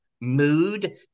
mood